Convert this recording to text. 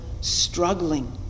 struggling